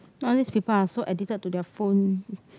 all these people are so addicted to their phone